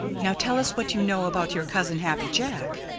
now tell us what you know about your cousin, happy jack.